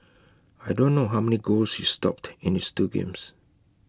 I don't know how many goals he stopped in this two games